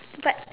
but